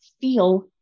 feel